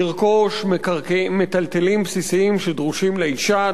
לרכוש מיטלטלין בסיסיים הדרושים לאשה,